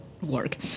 work